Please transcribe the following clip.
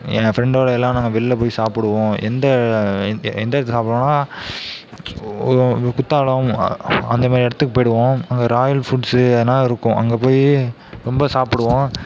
என் ஃப்ரெண்ட்டோட எல்லாம் நாங்கள் வெளிள போய் சாப்பிடுவோம் எந்த எந்த இடத்துல சாப்பிடுவோனா குத்தாலம் அந்த மாதிரி இடத்துக்கு போயிவிடுவோம் அங்கே ராயல் ஃபுட்ஸ்ஸு அதுலாம் இருக்கும் அங்கே போய் ரொம்ப சாப்பிடுவோம்